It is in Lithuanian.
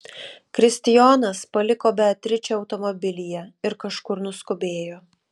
kristijonas paliko beatričę automobilyje ir kažkur nuskubėjo